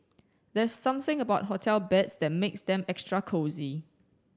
there's something about hotel beds that makes them extra cosy